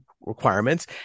requirements